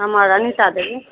हमर अनीता देबी